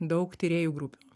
daug tyrėjų grupių